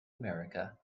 america